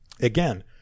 Again